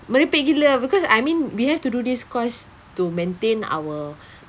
merepek gila ah because I mean we have to do this cause to maintain our